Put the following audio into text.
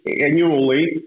annually